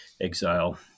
exile